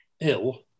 ill